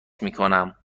میکنم